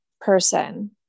person